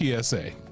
PSA